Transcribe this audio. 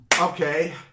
Okay